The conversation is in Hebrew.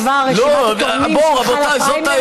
כבר רשימת התורמים שלך לפריימריז,